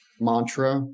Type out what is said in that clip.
mantra